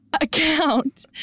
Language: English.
account